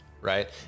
right